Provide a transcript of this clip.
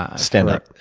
ah standup?